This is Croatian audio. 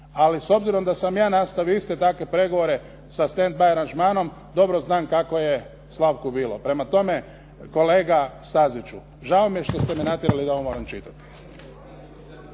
Ali s obzirom da sam ja nastavio iste takve pregovore sa stand by aranžmanom dobro zna kako je Slavku bilo. Prema tome, kolega Staziću žao mi je što ste me natjerali da ovo moram čitati.